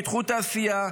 פיתחו תעשייה,